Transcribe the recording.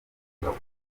mugabo